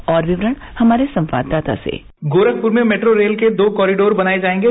और विवरण हमारे संवादादाता से गोरखपुर में मेट्रो रेल के दो कॉरिडोर बनाए जाएंगे